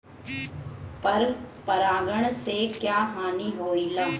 पर परागण से क्या हानि होईला?